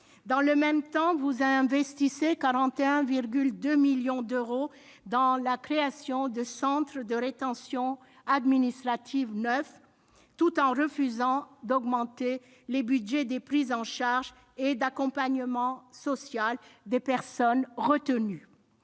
Dans le même temps, vous investissez 41,2 millions d'euros dans la création de centres de rétention administrative neufs, tout en refusant d'augmenter les budgets des prises en charge et d'accompagnement social des personnes retenues.